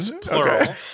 plural